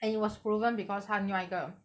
and it was proven because 他另外一个